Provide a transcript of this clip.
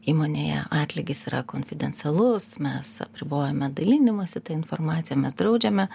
įmonėje atlygis yra konfidencialus mes apribojame dalinimąsi ta informacija mes draudžiame